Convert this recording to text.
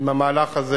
עם המהלך הזה.